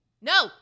No